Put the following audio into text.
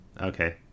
okay